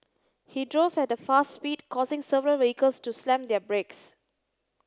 he drove at a fast speed causing several vehicles to slam their brakes